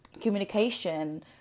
communication